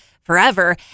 forever